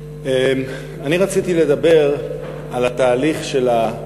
אני רציתי לדבר על התהליך של 20